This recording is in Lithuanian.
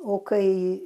o kai